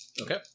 Okay